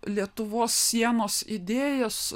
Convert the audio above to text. lietuvos sienos idėjas